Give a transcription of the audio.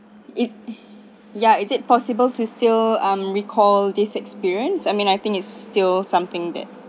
it's ya is it possible to still um recall this experience I mean I think it's still something that